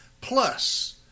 Plus